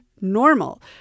normal